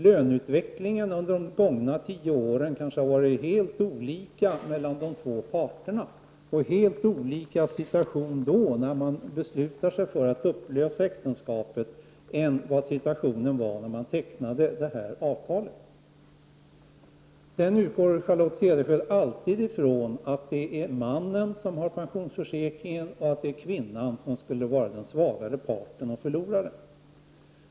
Löneutvecklingen under de gångna tio åren har kanske varit helt olika för de två parterna, och situationen när man beslutar sig för att upplösa äktenskapet är kanske en helt annan än den som var aktuell när man tecknade avtalet. Charlotte Cederschiöld utgår alltid ifrån att det är mannen som har pensionsförsäkringen och att kvinnan skulle vara den svagare parten och förloraren.